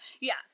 Yes